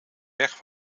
weg